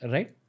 Right